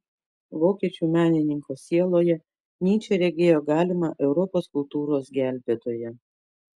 vokiečių menininko sieloje nyčė regėjo galimą europos kultūros gelbėtoją